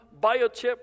biochip